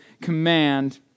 command